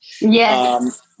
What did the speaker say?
Yes